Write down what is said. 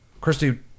christy